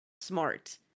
smart